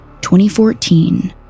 2014